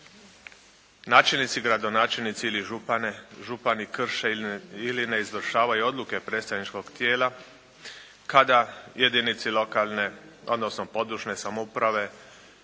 načelnici, gradonačelnici ili župani krše ili ne izvršavaju odluke predstavničkog tijela kada jedinici lokalne, odnosno područne samouprave